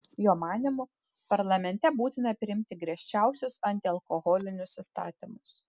jo manymu parlamente būtina priimti griežčiausius antialkoholinius įstatymus